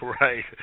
right